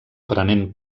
prenent